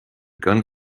gun